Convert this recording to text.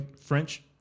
French